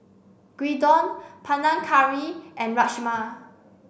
Gyudon Panang Curry and Rajma